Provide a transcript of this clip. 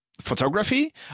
photography